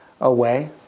away